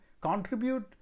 contribute